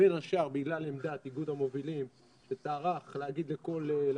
בין השאר בגלל עמדה איגוד המובילים שטרח להגיד לכל לקוחותיו,